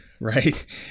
right